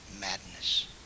madness